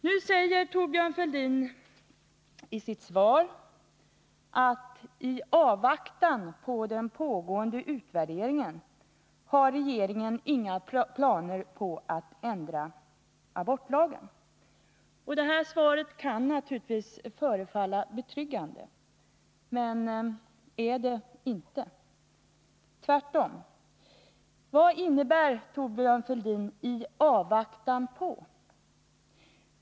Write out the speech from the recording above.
Nu säger Thorbjörn Fälldin i sitt svar: ”I avvaktan på den pågående utvärderingen har regeringen inga planer på att ändra abortlagen.” Detta svar kan naturligtvis förefalla betryggande men är det inte, tvärtom. Vad innebär, Thorbjörn Fälldin, ”i avvaktan på”?